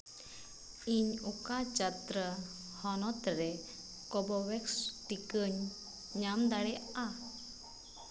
ᱤᱧ ᱚᱠᱟ ᱪᱟᱛᱨᱟ ᱦᱚᱱᱚᱛ ᱨᱮ ᱠᱚᱵᱷᱳᱵᱷᱮᱠᱥ ᱴᱤᱠᱟᱹᱧ ᱧᱟᱢ ᱫᱟᱲᱮᱭᱟᱜᱼᱟ